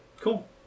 Cool